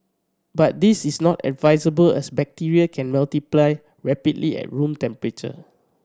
but this is not advisable as bacteria can multiply rapidly at room temperature